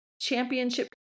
championship